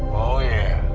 oh yeah!